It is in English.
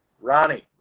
Ronnie